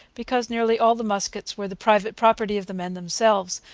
because nearly all the muskets were the private property of the men themselves,